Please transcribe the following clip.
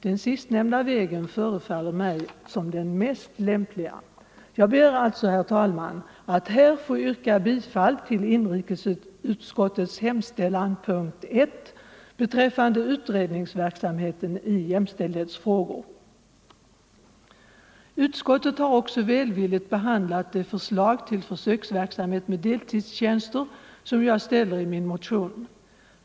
Den sistnämnda vägen förefaller mig vara den mest lämpliga. Jag ber alltså, herr talman, att här få yrka bifall till inrikesutskottets hemställan under punkten 1, beträffande utredningsverksamheten i jämställdhetsfrågor. Utskottet har också välvilligt behandlat det förslag till försöksverksamhet med deltidstjänster som jag ställer i min motion.